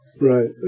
Right